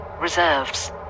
Reserves